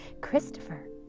Christopher